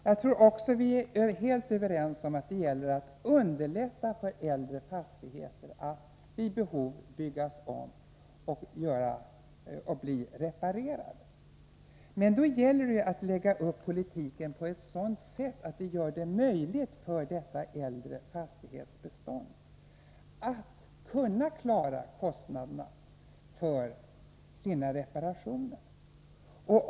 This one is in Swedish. Jag tror också att vi är helt överens om att det gäller att vid behov underlätta ombyggnader och reparationer i äldre fastigheter. Men då gäller det att lägga upp politiken på ett sådant sätt att det blir möjligt för det äldre fastighetsbeståndet att klara kostnader för reparationer.